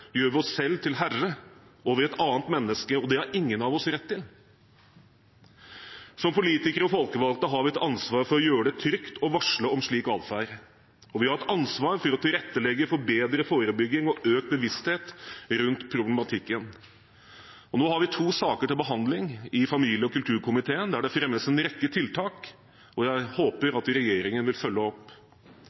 gjør vi oss selv til herre over et annet menneske, og det har ingen av oss rett til. Som politikere og folkevalgte har vi et ansvar for å gjøre det trygt å varsle om slik adferd, og vi har et ansvar for å tilrettelegge for bedre forebygging og økt bevissthet rundt problematikken. Nå har vi to saker til behandling i familie- og kulturkomiteen der det fremmes en rekke tiltak, og jeg håper at regjeringen vil følge opp.